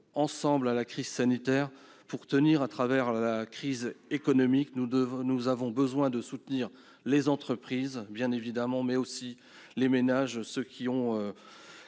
ensemble à la crise sanitaire. Pour tenir face à la crise économique, nous avons besoin de soutenir les entreprises, bien évidemment, mais aussi les ménages, car ils sont